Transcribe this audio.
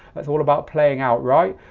that's all about playing out, right?